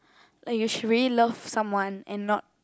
like you should really love someone and not